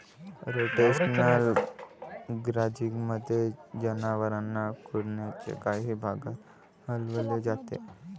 rotational ग्राझिंगमध्ये, जनावरांना कुरणाच्या काही भागात हलवले जाते